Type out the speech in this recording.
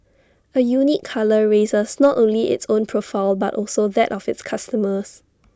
A unique colour raises not only its own profile but also that of its customers